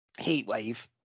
Heatwave